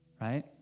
Right